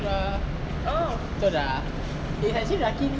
keluar terus dah is actually like in